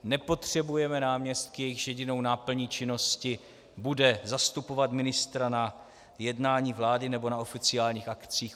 Nepotřebujeme náměstky, jejichž jedinou náplní činnosti bude zastupovat ministra na jednání vlády nebo na oficiálních akcích.